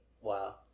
wow